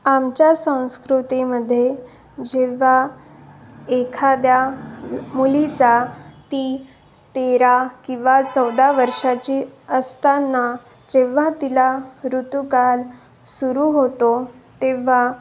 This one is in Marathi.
आमच्या संस्कृतीमध्ये जेव्हा एखाद्या मुलीचा ती तेरा किंवा चौदा वर्षाची असताना जेव्हा तिला ऋतू काल सुरू होतो तेंव्हा